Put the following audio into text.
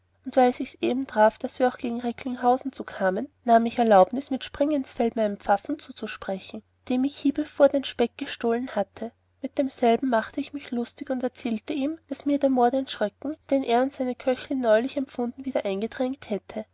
und weil sichs eben traf daß wir auch gegen recklinghausen zu kamen nahm ich erlaubnus mit springinsfeld meinem pfaffen zuzusprechen dem ich hiebevor den speck gestohlen hatte mit demselben machte ich mich lustig und erzählte ihm daß mir der mohr den schröcken den er und seine köchin neulich empfunden wieder eingetränkt hätte